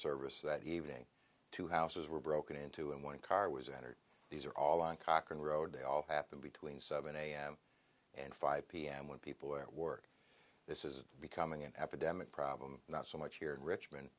service that evening two houses were broken into and one car was entered these are all on cochran road they all happened between seven am and five pm when people at work this is becoming an epidemic problem not so much here in richmond